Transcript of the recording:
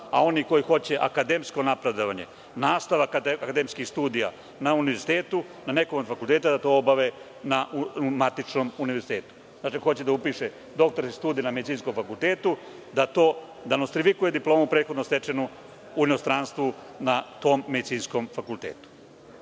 a oni koji hoće akademsko napredovanje, nastavak akademskih studija na univerzitetu, na nekom od fakulteta da to obave na matičnom univerzitetu. Dakle, hoće da upiše doktorske studije na Medicinskom fakultetu da nostrifikuje diplomu prethodno stečenu u inostranstvu na tom medicinskom fakultetu. Ja